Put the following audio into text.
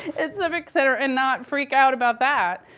at civic center and not freak out about that.